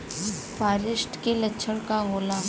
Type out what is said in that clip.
फारेस्ट के लक्षण का होला?